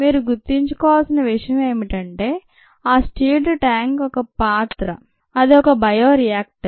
మీరు గుర్తుంచుకోవాల్సిన విషయం ఏమిటంటే ఆ స్టిర్డ్ ట్యాంక్ ఒక పాత్ర అది ఒక బయోరియాక్టర్